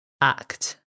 act